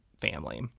family